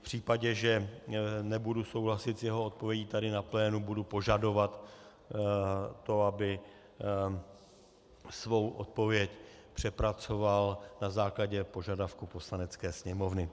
V případě, že nebudu souhlasit s jeho odpovědí tady na plénu, budu požadovat to, aby svou odpověď přepracoval na základě požadavku Poslanecké sněmovny.